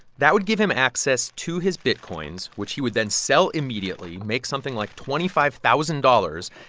that would give him access to his bitcoins, which he would then sell immediately, make something like twenty five thousand dollars,